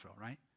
right